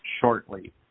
shortly